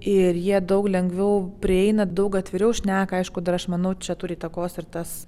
ir jie daug lengviau prieina daug atviriau šneka aišku dar aš manau čia turi įtakos ir tas